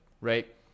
right